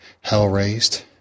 hell-raised